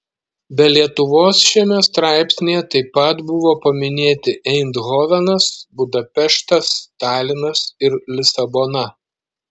be lietuvos šiame straipsnyje taip pat buvo paminėti eindhovenas budapeštas talinas ir lisabona